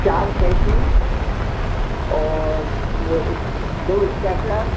चार कैंची और वो दो इस्टेपलर